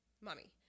Mummy